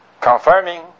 confirming